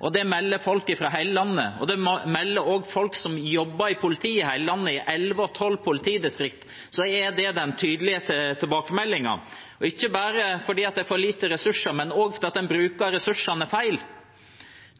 er. Det melder folk fra hele landet, og det melder også folk som jobber i politiet i hele landet. I elleve av tolv politidistrikt er det den tydelige tilbakemeldingen. Det er ikke bare fordi det er for lite ressurser, men også fordi en bruker ressursene feil.